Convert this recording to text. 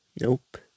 Nope